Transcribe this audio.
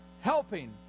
helping